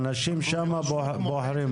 האנשים שם בוחרים בו.